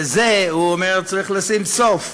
לזה, הוא אומר, צריך לשים סוף.